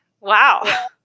Wow